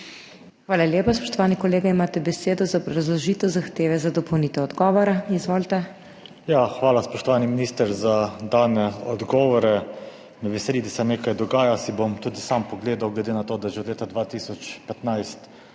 Hvala lepa. Spoštovani kolega, imate besedo za obrazložitev zahteve za dopolnitev odgovora. Izvolite. **TOMAŽ LISEC (PS SDS):** Hvala, spoštovani minister, za dane odgovore. Veseli me, da se nekaj dogaja, si bom tudi sam pogledal, glede na to, da že od leta 2015